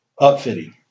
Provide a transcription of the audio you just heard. upfitting